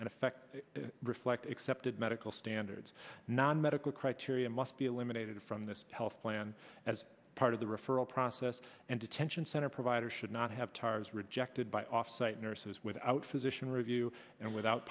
and effect reflect accepted medical standards non medical criteria must be eliminated from this health plan as part of the referral process and detention center provider should not have tires rejected by offsite nurses without physician review and without